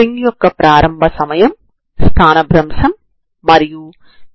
ఇది ఇది నాకు అవసరం మరియు 4c2uhξη మీ సమీకరణం